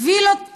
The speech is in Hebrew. וילות פאר,